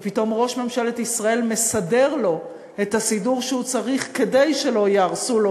ופתאום ראש ממשלת ישראל מסדר לו את הסידור שהוא צריך כדי שלא יהרסו לו,